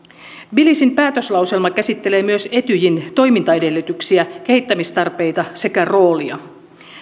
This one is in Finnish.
tbilisin päätöslauselma käsittelee myös etyjin toimintaedellytyksiä kehittämistarpeita sekä roolia